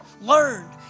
learned